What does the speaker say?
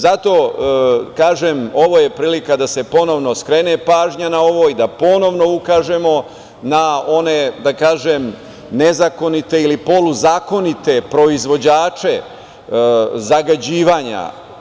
Zato, kažem, ovo je prilika da se ponovo skrene pažnja na ovo i da ponovno ukažemo na one, da kažem, nezakonite ili poluzakonite proizvođače zagađivanja.